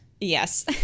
yes